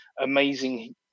amazing